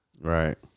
Right